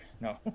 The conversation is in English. No